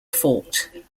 fort